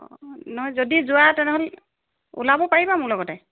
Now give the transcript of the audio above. নহয় যদি যোৱা তেনেহ'লে ওলাব পাৰিবা মোৰ লগতে